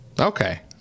Okay